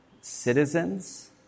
citizens